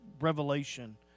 Revelation